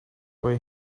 way